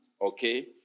okay